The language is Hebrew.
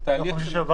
זה תהליך.